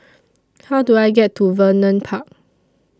How Do I get to Vernon Park